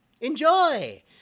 Enjoy